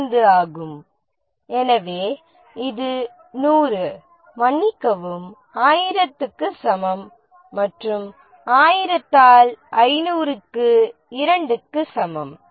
5 ஆகும் எனவே இது 100 மன்னிக்கவும் 1000 க்கு சமம் மற்றும் 1000 ஆல் 500 க்கு 2 க்கு சமம்